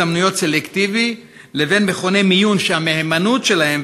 הזדמנויות סלקטיבי לבין מכוני מיון שהמהימנות שלהם